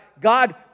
God